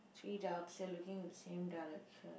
three ducks they are looking at the same direction